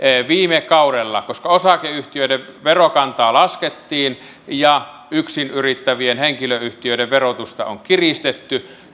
viime kaudella koska osakeyhtiöiden verokantaa laskettiin ja yksinyrittävien henkilöyhtiöiden verotusta on kiristetty